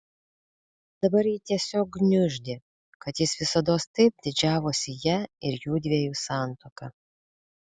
dabar jį tiesiog gniuždė kad jis visados taip didžiavosi ja ir jųdviejų santuoka